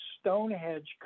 Stonehenge